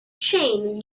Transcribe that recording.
chain